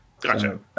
Gotcha